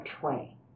train